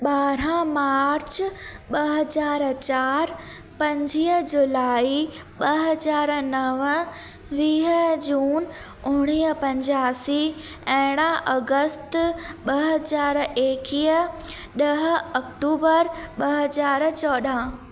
ॿारहं मार्च ॿ हज़ार चारि पंजुवीह जुलाई ॿ हज़ार नव वीह जून उणिवीह पंजासी अरिड़हं अगस्त ॿ हज़ार एकवीह ॾह अक्टूबर ॿ हज़ार चोॾहं